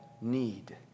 need